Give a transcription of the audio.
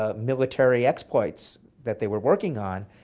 ah military exploits that they were working on,